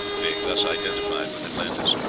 being thus identified with atlantis.